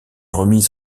remise